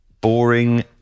boring